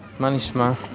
ma nishma?